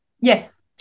Yes